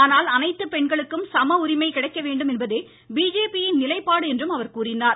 ஆனால் அனைத்து பெண்களுக்கு சம உரிமை கிடைக்க வேண்டும் என்பதே பிஜேபியின் நிலைப்பாடு என்றும் அவர் தெரிவித்தார்